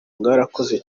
mwarakoze